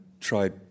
tried